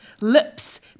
lips